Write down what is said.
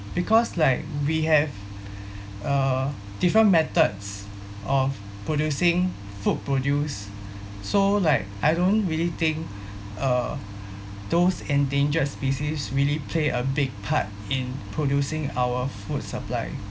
because like we have uh different methods of producing food produce so like I don't really think uh those endangered species really play a big part in producing our food supply